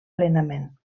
plenament